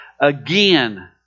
again